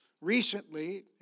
recently